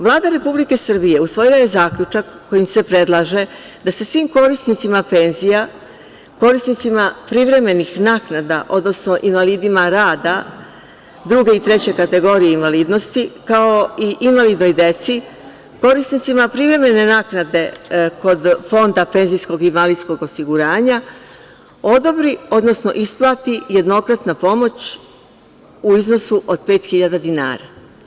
Vlada Republike Srbije usvojila je Zaključak kojim se predlaže da se svim korisnicima penzija, korisnicima privremenih naknada, odnosno invalidima rada II i III kategorije invalidnosti, kao i invalidnoj deci, korisnicima privremene naknade kod Fonda PIO, odobri, odnosno isplati jednokratna pomoć u iznosu od 5.000 dinara.